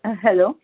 ആ ഹലോ